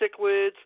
cichlids